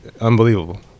unbelievable